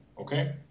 okay